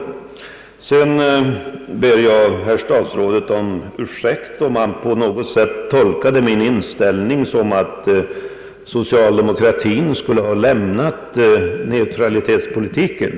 Sedan vill jag be statsrådet Wickman om ursäkt, om han på något sätt tolkade min inställning så, att socialdemokratien skulle ha lämnat neutralitetspolitiken.